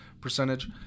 percentage